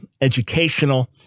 educational